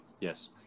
yes